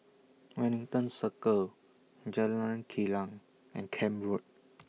Wellington Circle Jalan Kilang and Camp Road